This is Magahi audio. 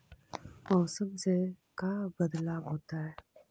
मौसम से का बदलाव होता है?